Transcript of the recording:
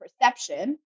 perception